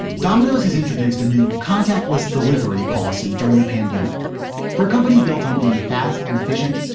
domino's has introduced a new contactless delivery policy during the pandemic for a company built on being fast and efficient.